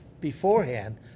beforehand